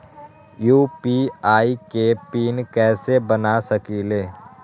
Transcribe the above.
UPI के pin कैसे बना सकीले?